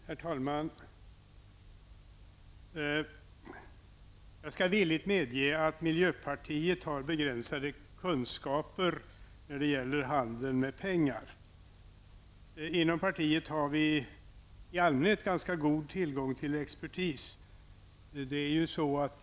Herr talman! Jag skall villigt medge att miljöpartiet har begränsade kunskaper när det gäller handel med pengar. Inom partiet har vi i allmänhet ganska god tillgång till expertis.